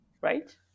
right